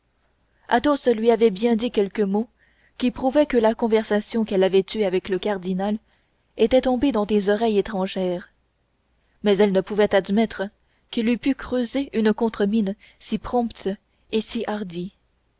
athos lui avait bien dit quelques mots qui prouvaient que la conversation qu'elle avait eue avec le cardinal était tombée dans des oreilles étrangères mais elle ne pouvait admettre qu'il eût pu creuser une contre mine si prompte et si hardie